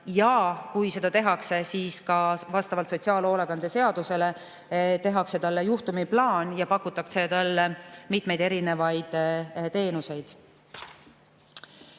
ja kui seda tehakse, siis ka vastavalt sotsiaalhoolekande seadusele tehakse juhtumiplaan ja pakutakse talle mitmeid teenuseid.